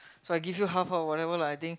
so I give you half or whatever lah I think